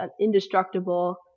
indestructible